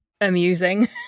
amusing